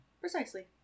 Precisely